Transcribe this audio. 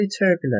turbulent